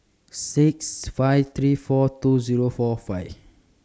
six five three four two Zero four five